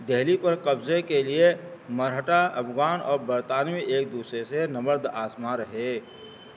دہلی پر قبضے کے لیے مرہٹا افغان اور برطانوی ایک دوسرے سے نبرد آزما رہے